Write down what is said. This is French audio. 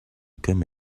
comme